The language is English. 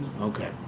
Okay